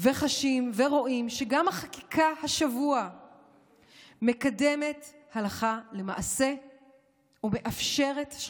וחשים ורואים שגם החקיקה השבוע מקדמת הלכה למעשה ומאפשרת שחיתות,